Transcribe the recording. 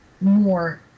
more